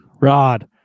Rod